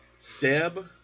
Seb